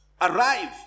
Arrive